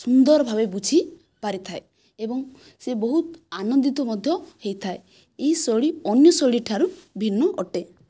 ସୁନ୍ଦର ଭାବେ ବୁଝିପାରିଥାଏ ଏବଂ ସେ ବହୁତ ଆନନ୍ଦିତ ମଧ୍ୟ ହୋଇଥାଏ ଏହି ଶୈଳୀ ଅନ୍ୟ ଶୈଳୀଠାରୁ ଭିନ୍ନ ଅଟେ